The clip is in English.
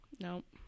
Nope